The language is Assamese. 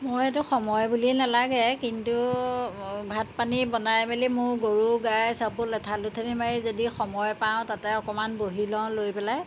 মোৰ এইটো সময় বুলিয়েই নালাগে কিন্তু ভাত পানী বনাই মেলি মোৰ গৰু গাই চব লেঠালঠেলি মাৰি যদি সময় পাওঁ তাতে অকণমান বহি লওঁ লৈ পেলাই